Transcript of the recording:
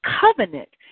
covenant